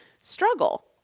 struggle